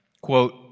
Quote